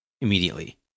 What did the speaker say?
immediately